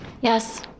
Yes